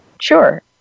sure